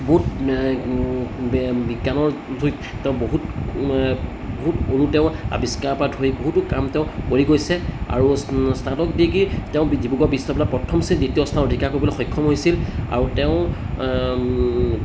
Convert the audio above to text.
বিজ্ঞানৰ তেওঁ বহুত বহুত অণু তেওঁ আৱিষ্কাৰ পৰা ধৰি বহুতো কাম তেওঁ কৰি গৈছে আৰু স্নাতক ডিগ্ৰী তেওঁ ডিব্ৰুগড় বিশ্ববিদ্য়ালয় প্ৰথম শ্ৰেণীৰ দ্বিতীয় স্থান অধিকাৰ কৰিবলৈ সক্ষম হৈছিল আৰু তেওঁ